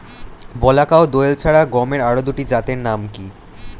বলাকা ও দোয়েল ছাড়া গমের আরো দুটি জাতের নাম কি?